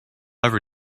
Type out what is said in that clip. ever